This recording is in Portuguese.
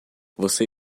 você